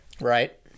Right